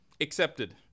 accepted